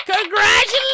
congratulations